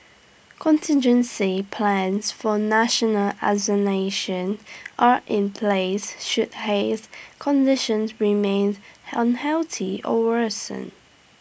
contingency plans for national as nation are in place should haze conditions remain unhealthy or worsen